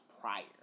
prior